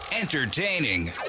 Entertaining